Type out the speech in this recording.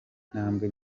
intambwe